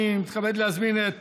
אני מתכבד להזמין את